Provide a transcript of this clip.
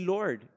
Lord